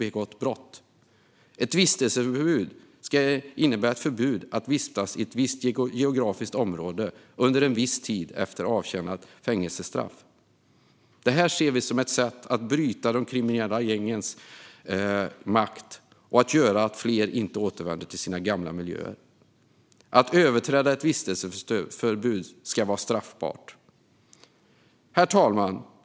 Ett vistelseförbud innebär ett förbud mot att vistas i ett visst geografiskt område under en viss tid efter avtjänat fängelsestraff. Det här ser vi som ett sätt att bryta de kriminella gängens makt och att göra så att färre återvänder till sina gamla miljöer. Att överträda ett vistelseförbud ska vara straffbart. Herr talman!